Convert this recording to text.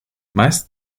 meist